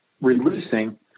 releasing